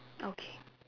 okay